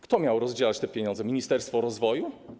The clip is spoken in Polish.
Kto miał rozdzielać te pieniądze, ministerstwo rozwoju?